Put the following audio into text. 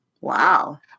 Wow